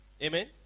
Amen